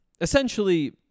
Essentially